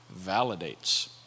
validates